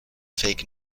fake